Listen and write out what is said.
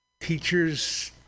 Teachers